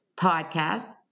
podcast